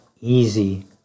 easy